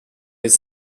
les